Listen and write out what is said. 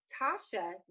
Tasha